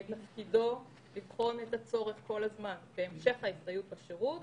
תפקידו לבחון את הצורך בהסתייעות שלנו בשירות אל